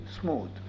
smooth